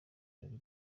ari